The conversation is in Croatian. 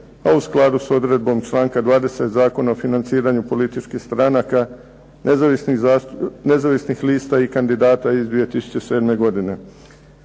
a u skladu s odredbom članka 20. Zakona o financiranju političkih stranaka, nezavisnih lista i kandidata iz 2007. godine.